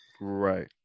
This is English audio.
Right